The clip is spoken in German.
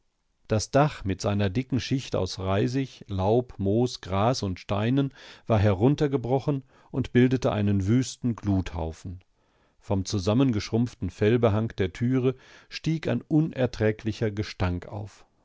das dach mit seiner dicken schicht aus reisig laub moos gras und steinen war heruntergebrochen und bildete einen wüsten gluthaufen vom zusammengeschrumpften fellbehang der türe stieg ein unerträglicher gestank auf